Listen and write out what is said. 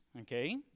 okay